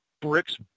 bricks